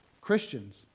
Christians